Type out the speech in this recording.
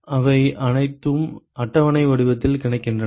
அவை அனைத்தும் அட்டவணை வடிவில் கிடைக்கின்றன